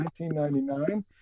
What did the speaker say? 1999